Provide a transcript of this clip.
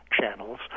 channels